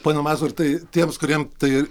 ponia mazur tai tiems kuriem tai